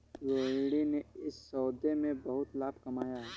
रोहिणी ने इस सौदे में बहुत लाभ कमाया